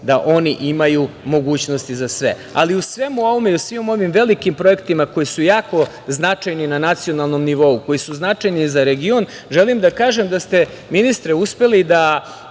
da oni imaju mogućnosti za sve. Ali, u svemu ovome i u svim ovim velikim projektima koji su jako značajni na nacionalnom nivou, koji su značajni za region, želim da kažem da ste, ministre, uspeli da